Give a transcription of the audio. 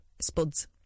Spuds